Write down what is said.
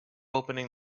opening